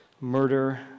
murder